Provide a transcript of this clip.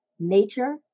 nature